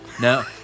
No